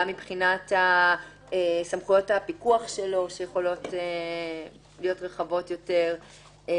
מבחינת סמכויות הפיקוח שלו שיכולות להיות רחבות יותר.